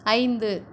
ஐந்து